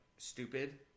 stupid